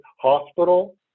hospital